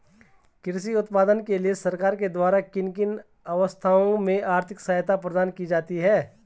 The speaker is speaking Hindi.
कृषि उत्पादन के लिए सरकार के द्वारा किन किन अवस्थाओं में आर्थिक सहायता प्रदान की जाती है?